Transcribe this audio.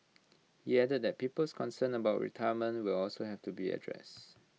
he added that people's concerns about their retirement will have to be addressed